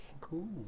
Cool